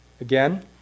again